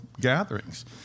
gatherings